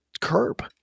curb